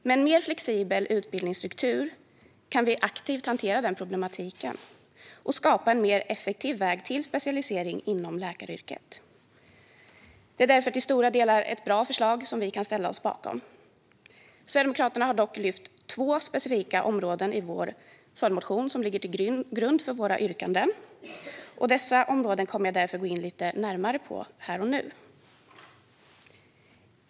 Med en mer flexibel utbildningsstruktur kan vi aktivt hantera den problematiken och skapa en mer effektiv väg till specialisering inom läkaryrket. Detta är därför till stora delar ett bra förslag som vi kan ställa oss bakom. Vi i Sverigedemokraterna har dock lyft fram två specifika områden i vår följdmotion, vilken ligger till grund för våra yrkanden. Dessa områden kommer jag att gå in lite närmare på här och nu.